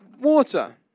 water